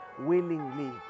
willingly